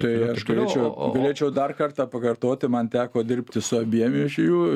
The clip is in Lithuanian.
tai aš galėčiau galėčiau dar kartą pakartoti man teko dirbti su abiem iš jų